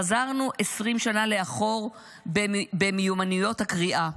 חזרנו 20 שנה לאחור במיומנויות הקריאה.